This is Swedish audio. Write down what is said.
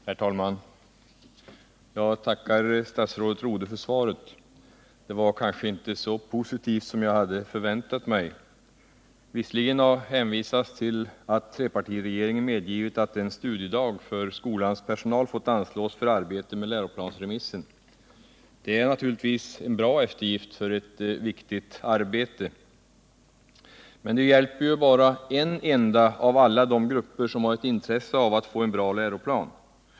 Herr talman! Jag tackar statsrådet Rodhe för svaret. Det var kanske inte så positivt som jag hade förväntat mig. Visserligen har hänvisats till att trepartiregeringen medgivit att en studiedag för skolans personal fått anslås för arbete med läroplansremissen. Det är naturligtvis en bra eftergift för ett viktigt arbete. Men det hjälper ju bara en enda av alla de grupper som har ett intresse av att få en bra läroplan.